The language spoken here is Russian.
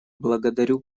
благодарю